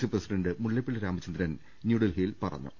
C president Mullappally Ramachandran ന്യൂഡൽഹിയിൽ പറഞ്ഞു